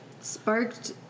sparked